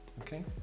Okay